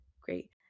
Great